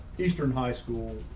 eastern high school,